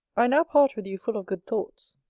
i now part with you full of good thoughts,